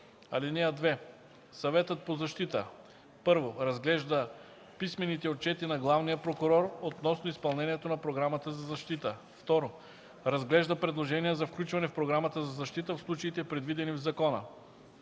(2) Съветът по защита: 1. разглежда писмените отчети на главния прокурор относно изпълнението на Програмата за защита; 2. разглежда предложения за включване в Програмата за защита в случаите, предвидени в закона.